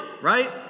right